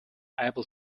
able